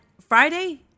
Friday